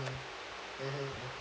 mmhmm